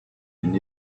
and